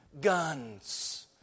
Guns